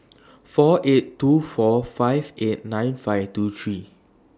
four eight two four five eight nine five two three